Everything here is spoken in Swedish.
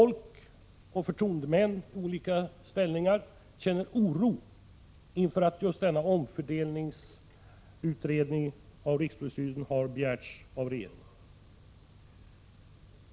Personalen där känner oro inför det förslag till omfördelning av polismanstjänster som har begärts av regeringen.